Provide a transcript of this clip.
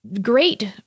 great